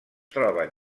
troben